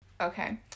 okay